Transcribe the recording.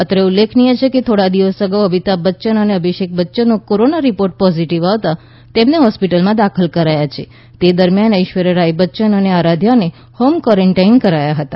અત્રે ઉલ્લેખનીય છે કે થોડા દિવસ અગાઉ અમિતાભ બચ્ચન અને અભિષેક બચ્ચનનો કોરોના રીપોર્ટ પોઝીટીવ આવતા તેમને હોસ્પિટલમાં દાખલ કરાયા છે તે દરમિયાન એશ્વર્યારાય બચ્યન અને આરાધ્યાને હોમ કવોરોન્ટાઇન કરાયા હતા